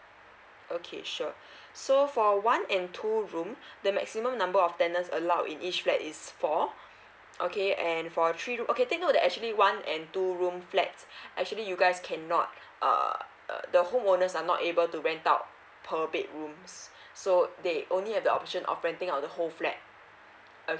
okay sure so for one and two room the maximum number of tenants allowed in each flat is four okay and for three okay take note that actually one and two room flats actually you guys can not uh uh the home owners are not able to rent out per bedrooms so they only have the option of renting out the whole flat